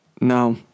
Now